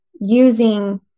using